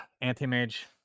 Anti-Mage